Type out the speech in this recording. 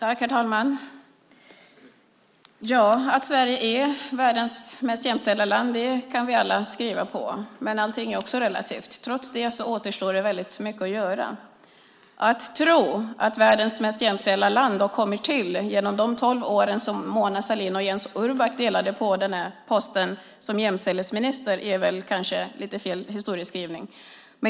Herr talman! Att Sverige är världens mest jämställda land kan vi alla skriva under på. Men allting är relativt. Trots allt återstår det väldigt mycket att göra. Att tro att världens mest jämställda land har kommit till under de tolv år då Mona Sahlin och Jens Orback delade på posten som jämställdhetsminister är väl kanske en lite felaktig historieskrivning.